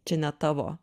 čia ne tavo